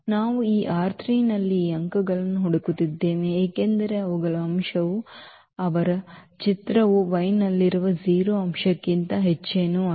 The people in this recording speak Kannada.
ನಾವು ಈ ನಲ್ಲಿ ಆ ಅಂಕಗಳನ್ನು ಹುಡುಕುತ್ತಿದ್ದೇವೆ ಏಕೆಂದರೆ ಅವುಗಳ ಅಂಶವು ಅವರ ಚಿತ್ರವು y ನಲ್ಲಿರುವ 0 ಅಂಶಕ್ಕಿಂತ ಹೆಚ್ಚೇನೂ ಅಲ್ಲ